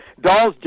Dolls